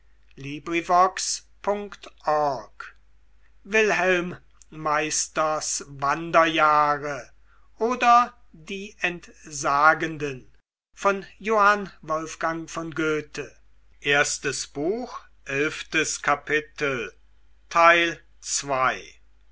wilhelm meisters wanderjahre oder die entsagenden